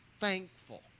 thankful